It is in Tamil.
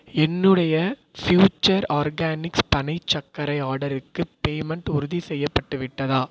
என்னுடைய ஃப்யூச்சர் ஆர்கானிக்ஸ் பனைச் சர்க்கரை ஆர்டருக்கு பேமெண்ட் உறுதிசெய்யப்பட்டு விட்டதா